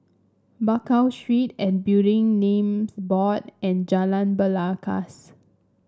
Bakau Street and Building Names Board and Jalan Belangkas